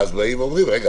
אז אומרים: רגע,